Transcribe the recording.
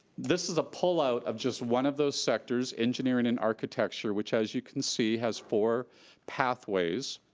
this is a pullout of just one of those sectors, engineering and architecture, which as you can see has four pathways.